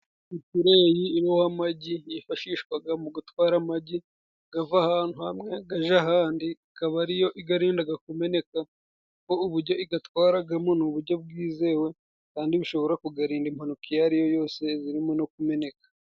Itereyi iriho amagi yifashishwaga mu gutwara amagi gava ahantu hamwe gajya ahandi akaba ariyo igarindiga kumeneka, kandi uburyo igatwaragamo ni uburyo bwizewe kandi bushobora kugarinda impanuka iyo ari yo yose zirimo no kumeneka.